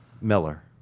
miller